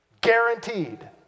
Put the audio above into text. Guaranteed